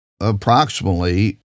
approximately